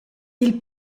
i’l